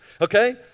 okay